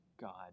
God